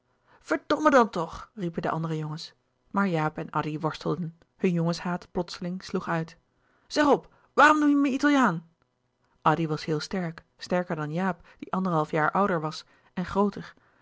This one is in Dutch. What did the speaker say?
verdomme dan toch riepen de andere jongens maar jaap en addy worstelden hun jongenshaat plotseling sloeg uit zeg op waarom noem je me italiaan addy was heel sterk sterker dan jaap die anderhalf jaar ouder was en grooter